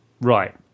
Right